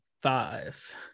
five